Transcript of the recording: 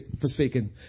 forsaken